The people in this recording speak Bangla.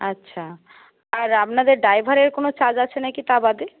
আচ্ছা আর আপনাদের ড্রাইভারের কোনো চার্জ আছে নাকি তা বাদে